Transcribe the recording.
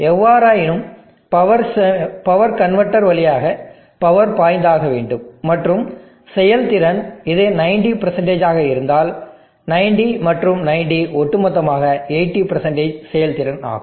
எவ்வாறாயினும் power converter வழியாக power பாய்ந்து ஆகவேண்டும் மற்றும் செயல்திறன் இது 90 ஆக இருந்தால் 90 மற்றும் 90 ஒட்டுமொத்தமாக 80 செயல்திறன் ஆகும்